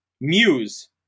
Muse